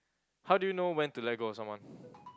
how do you know when to let go of someone